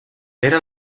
era